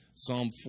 Psalm